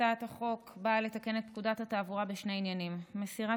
הצעת חוק זו באה לתקן את פקודת התעבורה בשני עניינים: מסירת